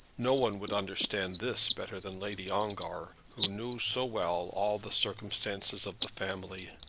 no one would understand this better than lady ongar, who knew so well all the circumstances of the family.